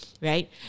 right